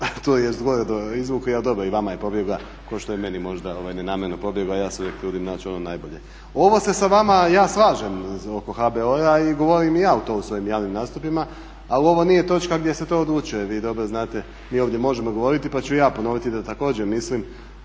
tu, to zluradu izvukli, a dobro i vama je pobjegla kao što je i meni možda nenamjerno pobjegla. Ja se uvijek trudim naći ono najbolje. Ovo se sa vama ja slažem oko HBOR-a i govorim ja to u svojim javnim nastupima, ali ovo nije točka gdje se to odlučuje. Vi dobro znate, mi ovdje možemo govoriti pa ću ja ponoviti da također mislim: